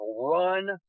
run